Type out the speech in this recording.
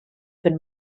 been